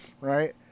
right